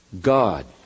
God